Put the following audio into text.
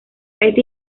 éste